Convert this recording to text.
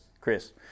Chris